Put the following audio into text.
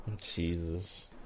Jesus